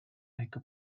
echo